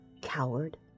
coward